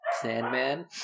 Sandman